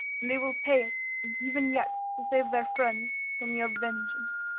and they will pay it even yet to save their friends from your vengeance.